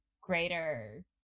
greater